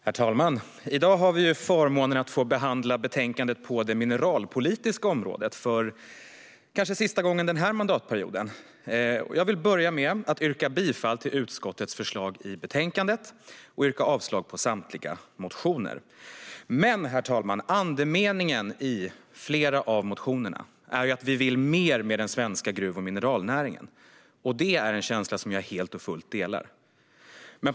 Herr talman! I dag har vi förmånen att behandla betänkandet på det mineralpolitiska området, kanske för sista gången den här mandatperioden. Jag vill börja med att yrka bifall till utskottets förslag i betänkandet och avslag på samtliga motioner. Andemeningen i flera av motionerna är dock att vi vill mer med den svenska gruv och mineralnäringen. Och det är en känsla som jag delar helt och fullt.